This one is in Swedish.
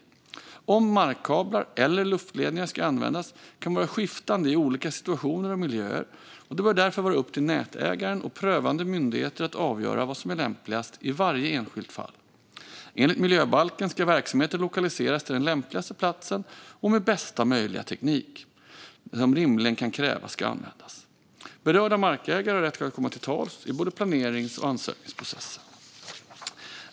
Huruvida markkablar eller luftledningar ska användas kan vara skiftande i olika situationer och miljöer, och det bör därför vara upp till nätägaren och prövande myndigheter att avgöra vad som är lämpligast i varje enskilt fall. Enligt miljöbalken ska verksamheter lokaliseras till den lämpligaste platsen, och den bästa möjliga teknik som rimligen kan krävas ska användas. Berörda markägare har rätt att komma till tals i planerings och ansökningsprocessen.